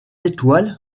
étoile